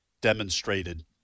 demonstrated